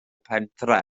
pentre